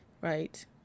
right